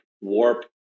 warp